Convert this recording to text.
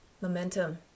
momentum